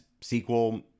sequel